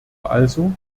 also